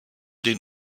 den